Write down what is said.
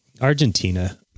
Argentina